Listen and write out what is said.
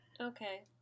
Okay